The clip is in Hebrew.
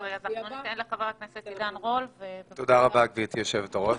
תודה רבה, גברתי יושבת-הראש.